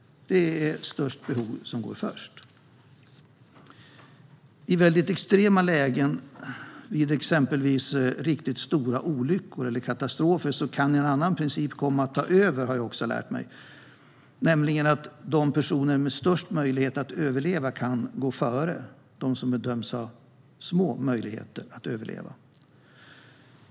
Det är störst behov som går först. I extrema lägen - vid exempelvis riktigt stora olyckor eller katastrofer - kan en annan princip komma att ta över, har jag också lärt mig, nämligen att de personer med störst möjlighet att överleva kan gå före dem som bedöms ha små möjligheter att överleva.